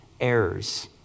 Errors